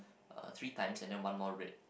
uh three times and then one more red